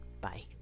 Bye